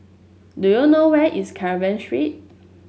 do you know where is Carver Street